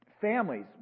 families